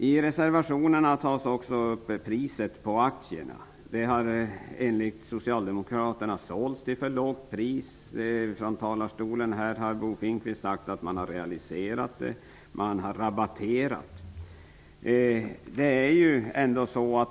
I reservationerna tas också priset på aktierna upp. De har enligt socialdemokraterna sålts till för lågt pris. Från talarstolen har Bo Finnkvist sagt att man har realiserat, att man har rabatterat.